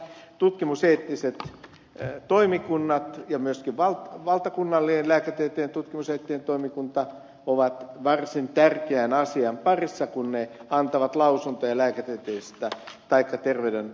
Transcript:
tutkimuseettiset toimikunnat ja myöskin valtakunnallinen lääketieteen tutkimuseettinen toimikunta ovat varsin tärkeän asian parissa kun ne antavat lausuntoja lääketieteellisistä taikka terveydenhoitotieteellisistä tutkimuksista